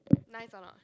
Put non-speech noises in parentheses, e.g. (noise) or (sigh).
(noise) nice or not